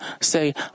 say